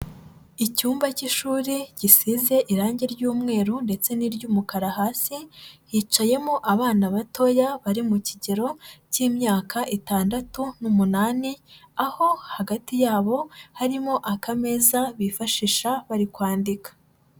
Icyumba cy'ishuri gisize irange ry'umweru ndetse n'iry'umukara hasi, hicayemo abana batoya bari mu kigero cy'imyaka itandatu n'umunani, aho hagati yabo harimo akameza bifashisha bari kwandika.